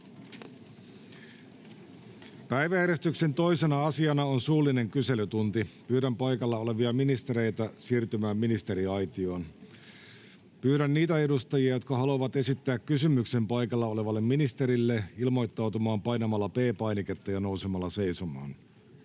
Päiväjärjestyksen 2. asiana on suullinen kyselytunti. Pyydän paikalla olevia ministereitä siirtymään ministeriaitioon. Pyydän niitä edustajia, jotka haluavat esittää kysymyksen paikalla olevalle ministerille, ilmoittautumaan painamalla P-painiketta ja nousemalla seisomaan.